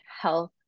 health